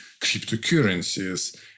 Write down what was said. cryptocurrencies